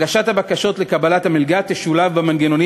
הגשת הבקשות לקבלת המלגה תשולב במנגנונים